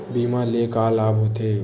बीमा ले का लाभ होथे?